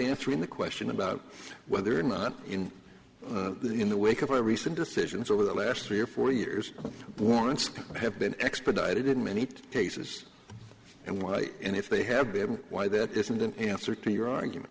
answering the question about whether or not in the in the wake of a recent decisions over the last three or four years warrants have been expedited in many cases and why and if they have been able why that isn't an answer to your argument